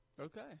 Okay